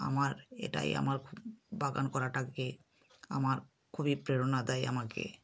আমার এটাই আমার খুব বাগান করাটাকে আমার খুবই প্রেরণা দেয় আমাকে